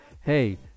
Hey